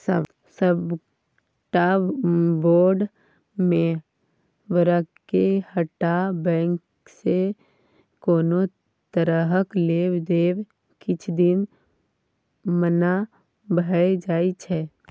सबटा बोर्ड मेंबरके हटा बैंकसँ कोनो तरहक लेब देब किछ दिन मना भए जाइ छै